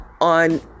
on